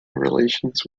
relations